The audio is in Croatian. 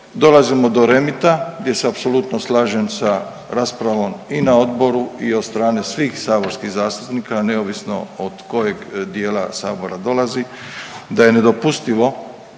Dolazimo do REMIT-a gdje se apsolutno slažem sa raspravom i na Odboru i od strane svih saborskih zastupnika, neovisno od kojeg dijela Sabora dolazi da je nedopustivo